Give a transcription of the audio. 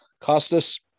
Costas